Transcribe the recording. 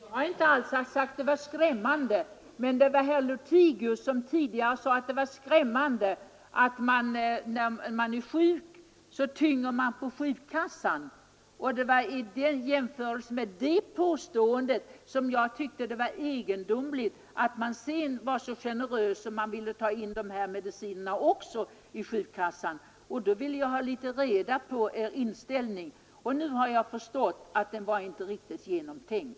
Herr talman! Jag har inte alls sagt att det var skrämmande, men herr Lothigius talade förut om att det var skrämmande, att man tynger på sjukkassan när man är sjuk — mot den bakgrunden fann jag det egendomligt att man sedan var så generös att man ville ta in även de här preparaten i sjukkassan. Jag ville ha litet grand reda på er inställning, och nu har jag förstått att den inte var riktigt genomtänkt.